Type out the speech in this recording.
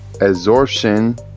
absorption